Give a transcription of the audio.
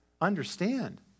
understand